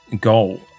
goal